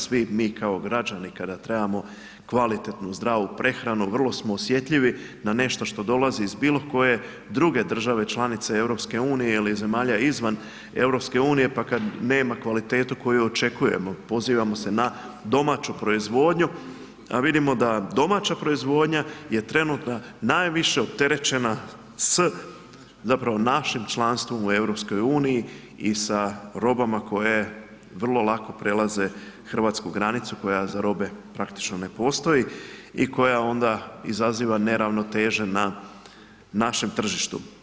Svi mi kao građani kada trebamo kvalitetnu zdravu prehranu vrlo smo osjetljivi na nešto do dolazi iz bilo koje druge države članice EU ili zemalja izvan EU, pa kada nema kvalitetu koju očekujemo pozivamo se na domaću proizvodnju, a vidimo da domaća proizvodnja je trenutno najviše opterećena s našim članstvom u EU i sa robama koje prelaze vrlo lako prelaze hrvatsku granicu koja za robe praktično ne postoji i koja onda izaziva neravnoteže na našem tržištu.